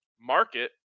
market